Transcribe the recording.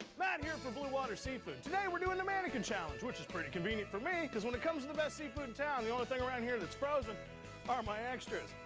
matt here for blue water seafood. today we're doing the mannequin challenge, which is pretty convenient for me, because when it comes to the best seafood in town, the only thing around here that's frozen are my extras.